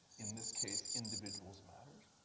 in this case, individuals matter,